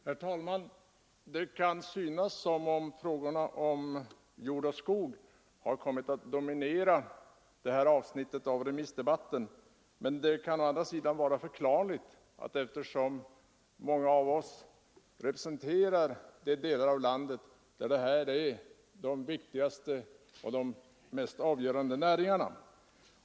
Herr talman! Det kan synas som om frågorna om jord och skog har kommit att dominera det här avsnittet av den allmänpolitiska debatten, och det kan vara förklarligt, då många av oss representerar de delar av landet där jordbruket och skogsbruket är de viktigaste och mest avgörande näringarna.